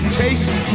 taste